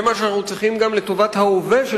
זה מה שאנחנו צריכים גם לטובת ההווה של